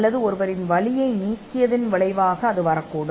அல்லது ஒருவரின் வலியை நீக்கியதன் விளைவாக இது வரக்கூடும்